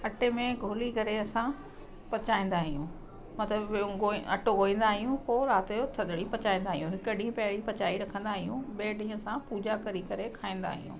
अटे में घोली करे असां पचाईंदा आहियूं मां त वे गोई अटो गोईंदा आहियूं पोइ राति जो थदड़ी पचाईंदा आहियूं हिकु ॾींहुं पहिरीं पचाई रखंदा आहियूं ॿिए ॾींहुं असां पूजा करी करे खाईंदा आहियूं